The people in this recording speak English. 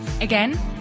Again